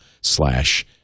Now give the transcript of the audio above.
slash